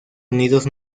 unidos